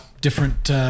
different